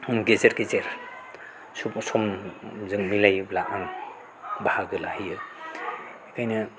गेजेर गेजेर समजों मिलायोब्ला आङो बाहागो लाहैयो बिखायनो